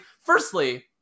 Firstly